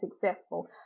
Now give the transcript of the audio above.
successful